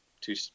two